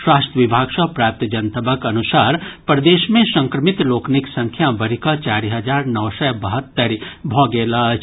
स्वास्थ्य विभाग सॅ प्राप्त जनतबक अनुसार प्रदेश मे संक्रमित लोकनिक संख्या बढ़ि कऽ चारि हजार नओ सय बहत्तरि भऽ गेल अछि